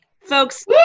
Folks